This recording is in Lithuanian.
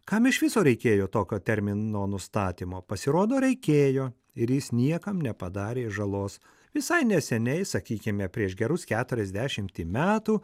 kam iš viso reikėjo tokio termino nustatymo pasirodo reikėjo ir jis niekam nepadarė žalos visai neseniai sakykime prieš gerus keturiasdešimtį metų